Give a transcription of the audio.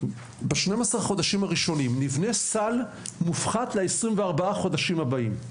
נבנה ב-12 החודשים הראשונים סל מופחת ל-24 החודשים הבאים,